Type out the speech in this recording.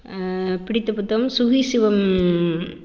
பிடித்த புத்தகம் சுகிசிவம்